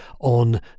on